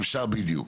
בדיוק.